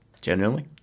genuinely